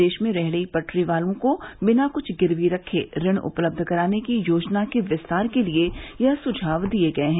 देश में रेहडी पटरी वालों को बिना कृछ गिरवी रखे ऋण उपलब्ध कराने की योजना के विस्तार के लिए यह सुझाव दिये गये हैं